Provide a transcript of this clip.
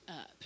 up